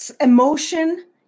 emotion